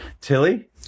Tilly